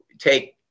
take